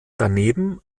daneben